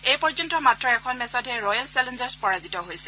এই পৰ্যন্ত মাত্ৰ এখন মেচতহে ৰয়েল চেলেঞ্জাৰ্ছ পৰাজিত হৈছে